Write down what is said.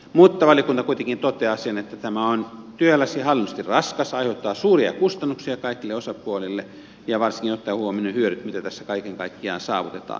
mutta valiokunta kuitenkin toteaa sen että tämä on työläs ja hallinnollisesti raskas aiheuttaa suuria kustannuksia kaikille osapuolille varsinkin ottaen huomioon ne hyödyt mitä tässä kaiken kaikkiaan saavutetaan